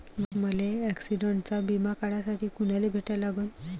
मले ॲक्सिडंटचा बिमा काढासाठी कुनाले भेटा लागन?